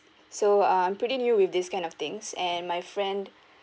so uh I'm pretty new to this kind of things and my friend